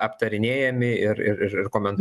aptarinėjami ir ir ir komentuojami